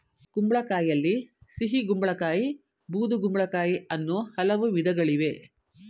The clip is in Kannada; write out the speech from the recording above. ಕುಂಬಳಕಾಯಿಯಲ್ಲಿ ಸಿಹಿಗುಂಬಳ ಕಾಯಿ ಬೂದುಗುಂಬಳಕಾಯಿ ಅನ್ನೂ ಹಲವು ವಿಧಗಳಿವೆ